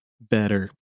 better